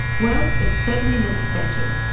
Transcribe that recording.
well, it certainly looked set to.